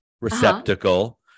receptacle